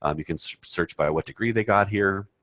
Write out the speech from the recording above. um you can search by what degree they got here.